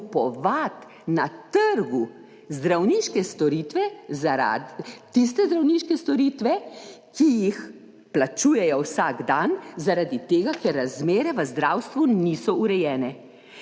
storitve, tiste zdravniške storitve, ki jih plačujejo vsak dan zaradi tega, ker razmere v zdravstvu niso urejene.